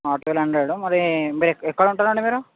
twelve hundred మరి మీరు ఎక్క ఎక్కడ ఉంటారు అండి మీరు